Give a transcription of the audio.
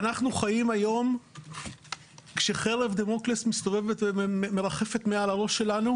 ואנחנו חיים היום כשחרב דמוקלס מרחפת מעל לראש שלנו,